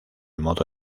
modo